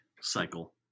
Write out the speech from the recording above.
cycle